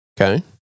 Okay